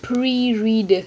pre read